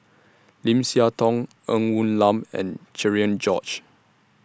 Lim Siah Tong Ng Woon Lam and Cherian George